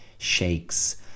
Shakes